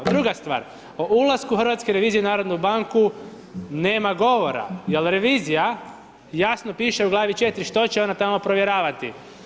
Druga stvar, o ulasku hrvatske revizije u narodnu banku nema govora jer revizija jasno piše u glavi 4. što će ona tamo provjeravati.